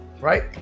right